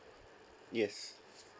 yes